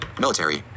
Military